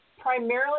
primarily